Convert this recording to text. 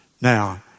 Now